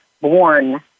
born